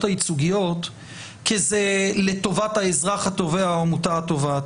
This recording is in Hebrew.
הייצוגיות כי זה לטובת האזרח התובע או העמותה התובעת.